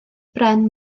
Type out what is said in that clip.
bren